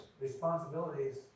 responsibilities